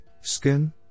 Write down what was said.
skin